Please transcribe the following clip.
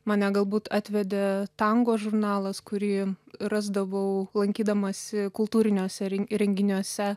mane galbūt atvedė tango žurnalas kurį rasdavau lankydamasi kultūriniuose renginiuose